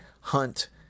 hunt